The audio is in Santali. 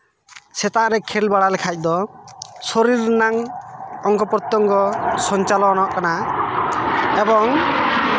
ᱥᱮᱛᱟ ᱨᱮ ᱠᱷᱮᱞ ᱵᱟᱲᱟ ᱞᱮᱠᱷᱟᱱ ᱫᱚ ᱥᱚᱨᱤᱨ ᱨᱮᱱᱟᱝ ᱚᱝᱜᱚ ᱯᱨᱚᱛᱛᱚᱝᱜᱚ ᱥᱚᱧᱪᱟᱞᱚᱱᱚᱜ ᱠᱟᱱᱟ ᱮᱵᱚᱝ